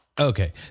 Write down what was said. Okay